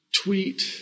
Tweet